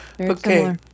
okay